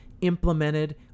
implemented